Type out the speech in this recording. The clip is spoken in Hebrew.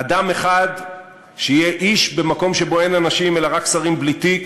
אדם אחד שיהיה איש במקום שבו אין אנשים אלא רק שרים בלי תיק,